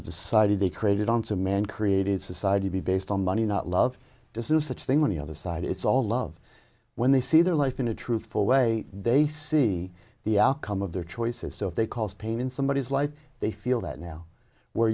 what decided they created on some man created society based on money not love to sue such thing when the other side it's all love when they see their life in a truthful way they see the outcome of their choices so if they cause pain in somebodies life they feel that now where